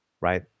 right